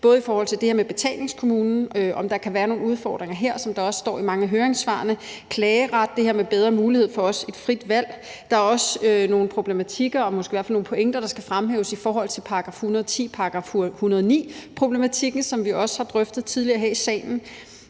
både i forhold til det her med betalingskommunen, altså om der kan være nogen udfordringer her, som der også står i mange af høringssvarene, og i forhold til klageret, altså det her med bedre mulighed for et frit valg. Der er også nogle problematikker og måske i hvert fald nogle pointer, der skal fremhæves i forhold til § 109- og § 110-problematikken, som vi også har drøftet tidligere her i salen.